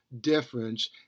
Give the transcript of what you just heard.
difference